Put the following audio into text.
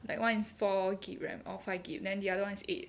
like one is four G_B R_A_M or five G_B then the other [one] is eight